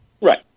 Right